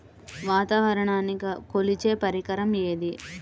వాతావరణాన్ని కొలిచే పరికరం ఏది?